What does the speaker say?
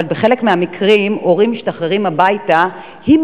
אבל בחלק מהמקרים הורים משתחררים הביתה עם